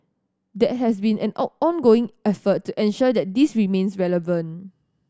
that has to be an ongoing effort to ensure that this remains relevant